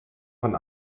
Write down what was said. von